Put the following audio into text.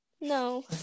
No